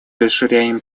расширяем